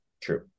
True